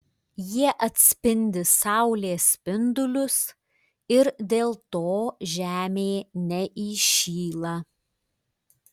jie atspindi saulės spindulius ir dėl to žemė neįšyla